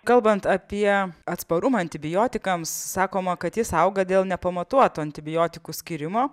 kalbant apie atsparumą antibiotikams sakoma kad jis auga dėl nepamatuoto antibiotikų skyrimo